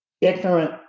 ignorant